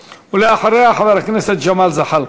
ואחריה, חבר הכנסת ג'מאל זחאלקה.